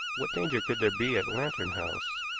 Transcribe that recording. what danger could there be at lantern house?